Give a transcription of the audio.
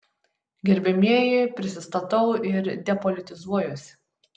gerbiamieji prisistatau ir depolitizuojuosi